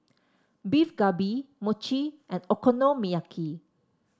Beef Galbi Mochi and Okonomiyaki